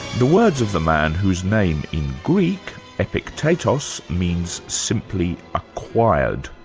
the words of the man whose name in greek epic tatos means simply acquired.